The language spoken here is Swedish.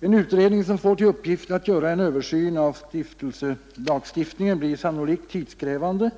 En utredning som får till uppgift att göra en översyn av stiftelselagstiftningen blir sannolikt tidskrävande.